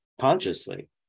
consciously